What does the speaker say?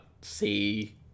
see